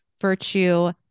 virtue